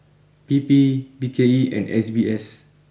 P P B K E and S B S